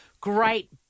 great